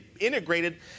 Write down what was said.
integrated